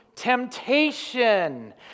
temptation